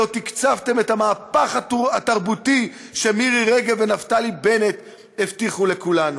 שלא תקצבתם את המהפך התרבותי שמירי רגב ונפתלי בנט הבטיחו לכולנו?